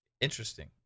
interesting